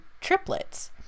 triplets